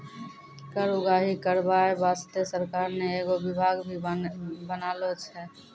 कर उगाही करबाय बासतें सरकार ने एगो बिभाग भी बनालो छै